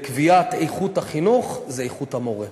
לקביעת איכות החינוך הוא איכות המורה.